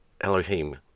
Elohim